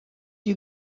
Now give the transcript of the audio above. you